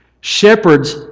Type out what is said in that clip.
Shepherds